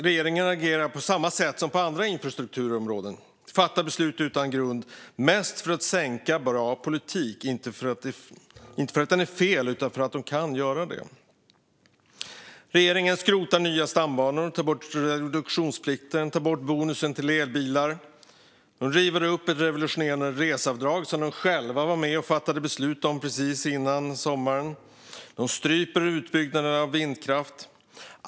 Regeringen agerar på samma sätt som på andra infrastrukturområden, det vill säga fattar beslut utan grund mest för att sänka bra politik, inte för att den är fel utan för att man kan göra det. Regeringen skrotar nya stambanor, tar bort reduktionsplikten, tar bort bonusen till elbilar, river upp ett revolutionerande reseavdrag, som man själv var med och fattade beslut om precis före sommaren, och stryper utbyggnaden av vindkraft.